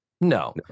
No